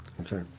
Okay